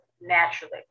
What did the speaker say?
naturally